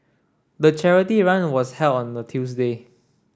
the charity run was held on a Tuesday